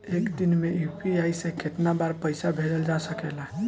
एक दिन में यू.पी.आई से केतना बार पइसा भेजल जा सकेला?